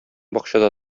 бакчада